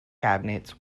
cabinets